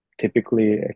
typically